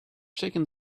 shaking